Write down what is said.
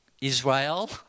Israel